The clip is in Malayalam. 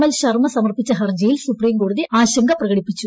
എൽ ശർമ്മ സമർപ്പിച്ച ഹർജിയിൽസുപ്രീംകോടതിആശങ്ക പ്രകടിപ്പിച്ചു